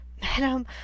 Madam